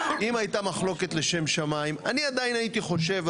אם הייתה מחלוקת לשם שמיים אני עדיין חושב,